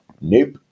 nope